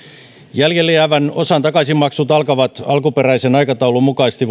jäljelle jäävän osan takaisinmaksut alkavat alkuperäisen aikataulun mukaisesti